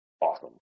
awesome